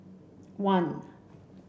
one